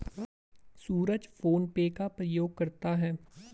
सूरज phone पे का प्रयोग करता है